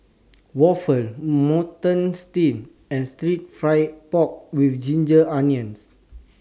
Waffle Mutton Stew and Stir Fry Pork with Ginger Onions